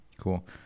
Cool